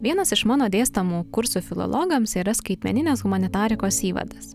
vienas iš mano dėstomų kursų filologams yra skaitmeninės humanitarikos įvadas